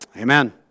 amen